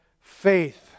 faith